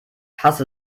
hasse